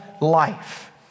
life